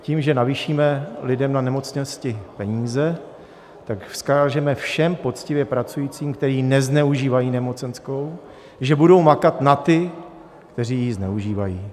Tím, že navýšíme lidem na nemocnosti peníze, vzkážeme všem poctivě pracujícím, kteří nezneužívají nemocenskou, že budou makat na ty, kteří ji zneužívají.